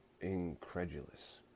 incredulous